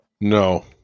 No